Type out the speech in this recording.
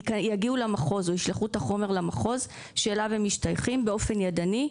שהם יגיעו למחוז או ישלחו את החומר למחוז שאליו הם משתייכים באופן ידני,